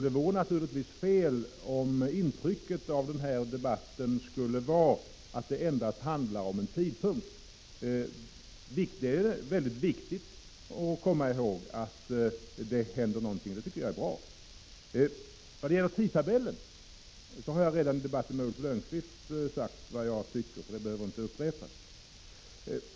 Det vore fel om intrycket av denna debatt skulle vara att ärendet endast handlar om en tidpunkt. Det är bra att det händer någonting. Vad gäller tidtabellen har jag redan i debatten med Ulf Lönnqvist sagt vad jag tycker, och det behöver jag inte upprepa.